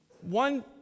One